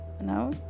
now